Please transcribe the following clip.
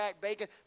bacon